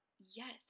Yes